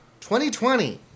2020